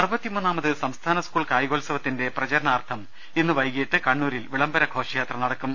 അറുപത്തിമൂന്നാമത് സംസ്ഥാന സ്കൂൾ കായികോൽസവത്തിന്റെ പ്രചരണാർത്ഥം ഇന്ന് വൈകുന്നേരം കണ്ണൂരിൽ വിളംബര ഘോഷയാത്ര നടക്കും